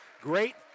Great